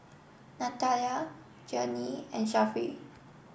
Nathalia Journey and Sharif